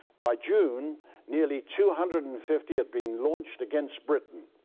by june nearly two hundred and fifty had been launched against britain.